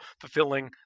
fulfilling